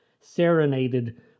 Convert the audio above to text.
serenaded